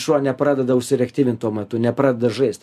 šuo nepradeda užsireaktyvint tuo metu nepradeda žaist